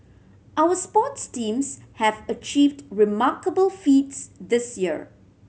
our sports teams have achieved remarkable feats this year